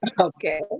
Okay